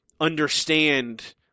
understand